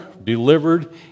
delivered